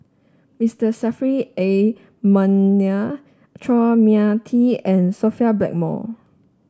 Mister Saffri A Manaf Chua Mia Tee and Sophia Blackmore